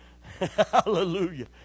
Hallelujah